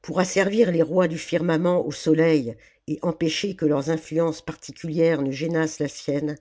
pour asservir les rois du firmament au soleil et empêcher que leurs influences particulières ne gênassent la sienne